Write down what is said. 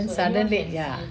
suddenly ya